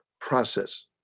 process